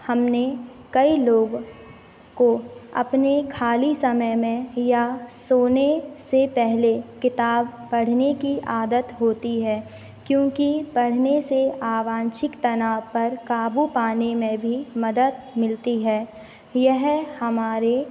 हमने कई लोग को अपने ख़ाली समय में या सोने से पहले किताब पढ़ने की आदत होती है क्योंकि पढ़ने से आवाँशिक तनाव पर काबू पाने में भी मदद मिलती है यह हमारे